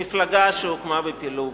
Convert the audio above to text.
מפלגה שהוקמה בפילוג,